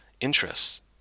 interests